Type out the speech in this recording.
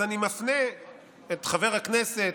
אז אני מפנה את חבר הכנסת,